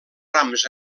rams